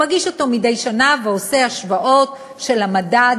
הוא מגיש אותו מדי שנה ועושה השוואות של המדד